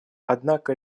однако